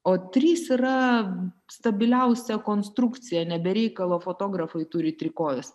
o trys yra stabiliausia konstrukcija ne be reikalo fotografai turi trikojus